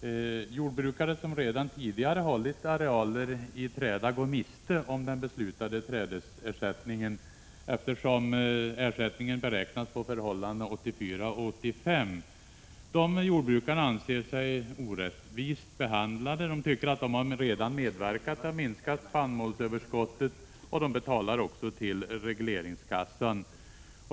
Jag tackar jordbruksministern för svaret på min fråga. Jordbrukare som redan tidigare hållit arealer i träda går miste om den beslutade trädesersättningen, eftersom denna beräknas på förhållandena 1984/85. Dessa jordbrukare anser sig vara orättvist behandlade. De tycker att de redan har medverkat till att minska spannmålsöverskottet, och de betalar också till regleringskassan.